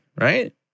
right